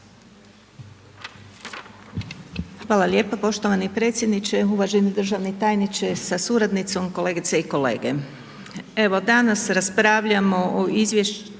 Hvala lijepa poštovani predsjedniče, uvaženi državni tajniče sa suradnicom, kolegice i kolege, evo danas raspravljamo o Izvješćima